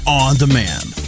on-demand